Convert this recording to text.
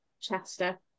Chester